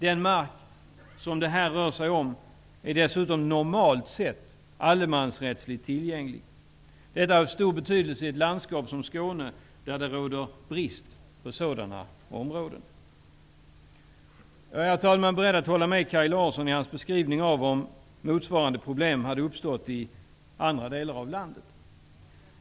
Den mark som det här rör sig om är dessutom normalt sett allemansrättsligt tillgänglig. Detta är av stor betydelse i ett landskap som Skåne, där det råder brist på sådana områden. Jag är, herr talman, beredd att hålla med Kaj Larsson om vad som hade hänt om motsvarande problem hade uppstått i andra delar av landet.